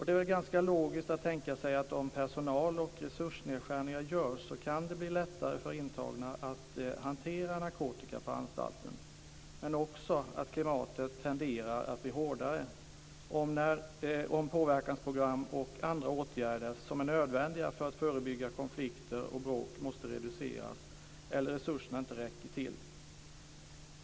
Det är väl ganska logiskt att tänka sig att det kan bli lättare för intagna att hantera narkotika på anstalten om personal och resursnedskärningar görs. Man kan också tänka sig att klimatet tenderar att bli hårdare om påverkansprogram och andra åtgärder som är nödvändiga för att förebygga konflikter och bråk måste reduceras eller om resurserna inte räcker till.